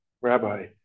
Rabbi